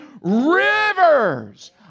rivers